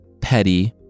petty